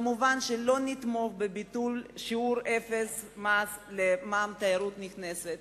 מובן שלא נתמוך בביטול שיעור אפס מס למע"מ על תיירות נכנסת,